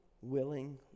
willing